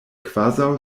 kvazaŭ